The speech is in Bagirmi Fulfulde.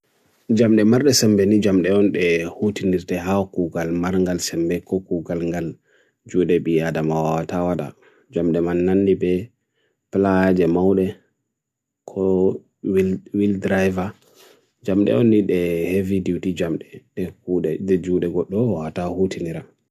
Jamde marre sem beni jamde ondhe hootinirte haw koo kal marrengal sem be koo koo kal angal jude bi adamawata wada jamde man nandhi be plaja mawde ko wheel driver jamde ondhe heavy duty jamde hootinirte jude goto ata hootinira.